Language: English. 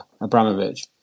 Abramovich